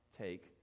take